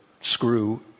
screw